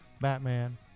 Batman